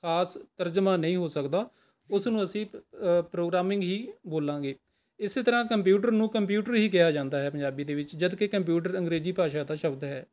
ਖਾਸ ਰੱਝਵਾਂ ਨਹੀਂ ਹੋ ਸਕਦਾ ਉਸ ਨੂੰ ਅਸੀਂ ਪ੍ਰੋਗਰਾਮਿੰਗ ਹੀ ਬੋਲਾਂਗੇ ਇਸੇ ਤਰ੍ਹਾਂ ਕੰਪਿਊਟਰ ਨੂੰ ਕੰਪਿਊਟਰ ਹੀ ਕਿਹਾ ਜਾਂਦਾ ਹੈ ਪੰਜਾਬੀ ਦੇ ਵਿੱਚ ਜਦ ਕਿ ਕੰਪਿਊਟਰ ਅੰਗਰੇਜ਼ੀ ਭਾਸ਼ਾ ਦਾ ਸ਼ਬਦ ਹੈ